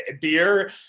beer